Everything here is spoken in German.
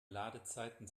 ladezeiten